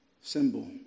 symbol